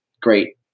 great